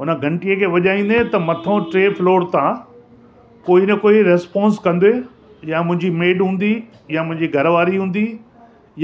हुन घंटीअ खे वॼाईंदे त मथां टे फ्लॉर ता कोई न कोई रिसपोंस कंदे या मुंहिंजी मेड हूंदी या मुंहिंजी घरवारी हूंदी